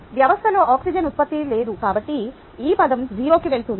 వ్యవస్థలో ఆక్సిజన్ ఉత్పత్తి లేదు కాబట్టి ఈ పదం 0 కి వెళుతుంది